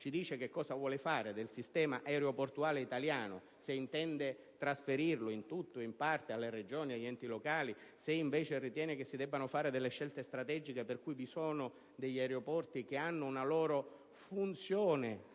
ci dice che cosa vuole fare del sistema aeroportuale italiano (se intende trasferirlo in tutto o in parte alle Regioni o agli enti locali o se invece ritiene che si debbano fare delle scelte strategiche, per cui vi sono degli aeroporti che hanno una loro funzione